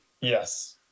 Yes